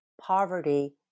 poverty